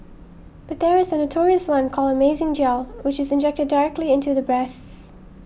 but there is a notorious one called Amazing Gel which is injected directly into the breasts